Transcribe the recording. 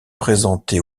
présentée